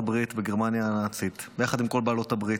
הברית בגרמניה הנאצית ביחד עם כל בעלי הברית,